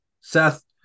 Seth